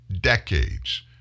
decades